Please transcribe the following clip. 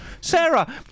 Sarah